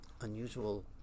unusual